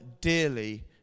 dearly